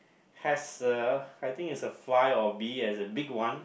has a I think it's a fly or a bee as a big one